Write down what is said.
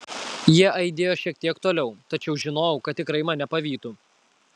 jie aidėjo šiek tiek toliau tačiau žinojau kad tikrai mane pavytų